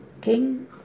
king